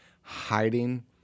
hiding